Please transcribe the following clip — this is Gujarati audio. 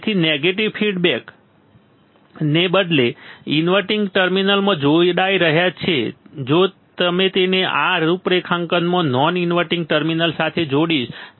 તેથી નેગેટિવ ફીડબેકને બદલે જે ઇનવર્ટીંગ ટર્મિનલમાં જોડાઈ રહ્યો છે જો હું તેને આ રૂપરેખાંકનમાં નોન ઇન્વર્ટીંગ ટર્મિનલ સાથે જોડીશ